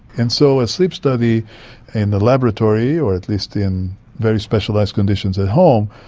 and so a sleep study in the laboratory or at least in very specialised conditions at home,